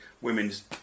women's